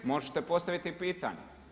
Možete postaviti pitanje.